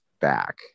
back